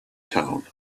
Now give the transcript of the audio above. town